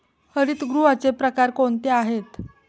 हरितगृहाचे प्रकार कोणते आहेत?